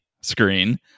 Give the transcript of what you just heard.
screen